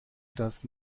das